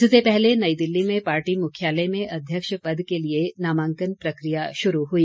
इससे पहले नई दिल्ली में पार्टी मुख्यालय में अध्यक्ष पद के लिए नामांकन प्रक्रिया शुरू हुई